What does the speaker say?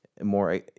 more